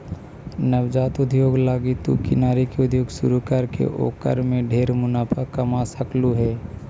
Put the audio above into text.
नवजात उद्योग लागी तु किनारी के उद्योग शुरू करके ओकर में ढेर मुनाफा कमा सकलहुं हे